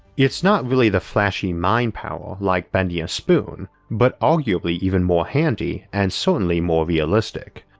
it's not really the flashy mind-power like bending a spoon but arguably even more handy and certainly more realistic.